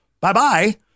bye-bye